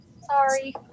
Sorry